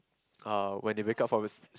uh when they wake up from as~